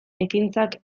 ekintzak